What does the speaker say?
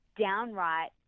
downright